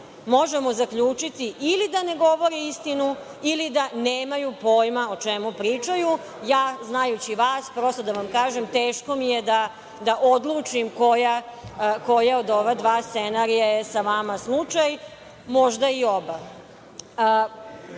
možemo zaključiti ili da ne govore istinu ili da nemaju pojma o čemu pričaju. Ja, znajući vas, prosto da vam kažem, teško mi je da odlučim koji od ova dva scenarija je sa vama slučaj, možda i